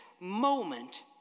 moment